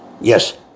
Yes